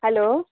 hello